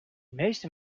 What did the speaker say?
meeste